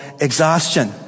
exhaustion